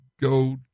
go